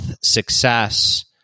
success